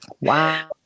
Wow